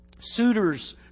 suitors